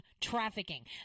trafficking